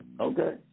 Okay